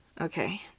okay